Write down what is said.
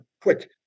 quick